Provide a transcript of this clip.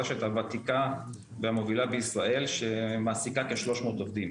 הרשת הוותיקה והמובילה בישראל שמעסיקה כ-300 עובדים.